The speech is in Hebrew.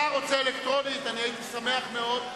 אתה רוצה אלקטרונית, אני הייתי שמח מאוד.